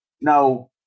Now